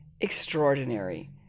extraordinary